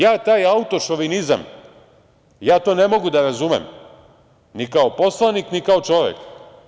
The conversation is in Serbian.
Ja taj auto-šovinizam ne mogu da razumem, ni kao poslanik, ni kao čovek.